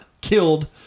killed